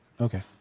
Okay